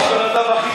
אין לי שום בעיה עם זה.